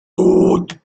thought